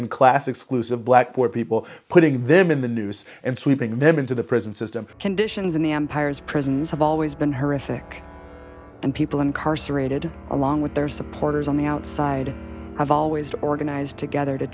and class exclusive black poor people putting them in the news and sweeping them into the prison system conditions in the empire's prisons have always been horrific and people incarcerated along with their supporters on the outside of always organized together to